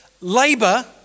labour